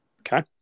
Okay